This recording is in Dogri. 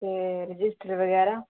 ते रजिस्टर बगैरा